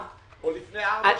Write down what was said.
עכשיו- - או לפני ארבע שנים.